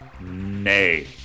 nay